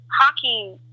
Hockey